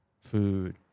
food